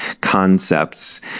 concepts